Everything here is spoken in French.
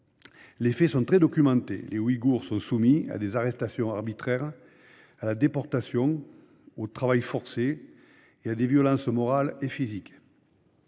Les faits sont très documentés : les Ouïghours sont soumis à des arrestations arbitraires, à la déportation, au travail forcé et à des violences morales et physiques.